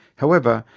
however,